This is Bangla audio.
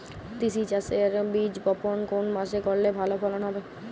তিসি চাষের বীজ বপন কোন মাসে করলে ভালো ফলন হবে?